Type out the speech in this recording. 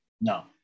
no